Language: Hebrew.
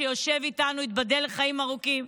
ייבדל לחיים ארוכים,